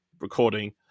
recording